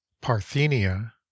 PARTHENIA